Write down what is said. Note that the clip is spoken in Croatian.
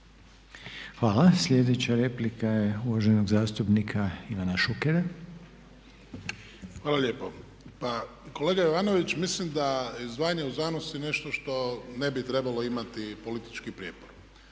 Hvala. Sljedeća replika je uvaženog zastupnika Ivana Šukera. **Šuker, Ivan (HDZ)** Hvala lijepo. Pa kolega Jovanović, mislim da izdvajanje u znanost je nešto što ne bi trebalo imati politički prijepor.